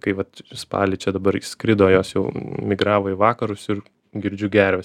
kai vat spalį čia dabar skrido jos jau migravo į vakarus ir girdžiu gerves